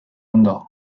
ondo